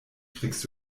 kriegst